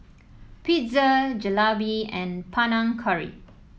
Pizza Jalebi and Panang Curry